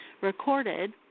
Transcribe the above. recorded